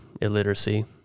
illiteracy